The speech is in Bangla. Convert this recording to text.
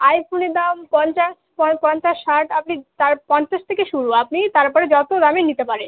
আইফোনের দাম পঞ্চাশ প পঞ্চাশ ষাট আপনি তার পঞ্চাশ থেকে শুরু আপনি তারপরে যত দামী নিতে পারেন